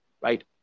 right